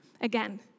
again